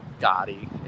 gaudy